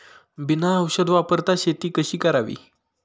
बिना औषध वापरता शेती कशी करावी?